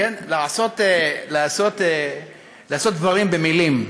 איך לעשות דברים במילים.